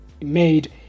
made